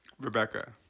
Rebecca